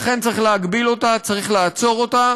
לכן צריך להגביל אותה, צריך לעצור אותה